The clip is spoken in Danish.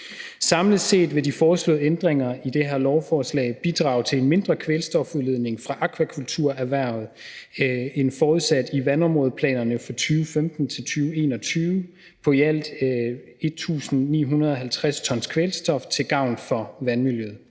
Samlet set vil de foreslåede ændringer i det her lovforslag bidrage til en mindre kvælstofudledning fra akvakulturerhvervet end forudsat i vandområdeplanerne fra 2015 til 2021 på ialt 1.950 t kvælstof til gavn for vandmiljøet.